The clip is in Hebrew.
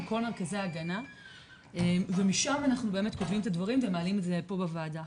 עם כל מרכזי ההגנה ומשם אנחנו כותבים את הדברים ומעלים את זה פה בוועדה.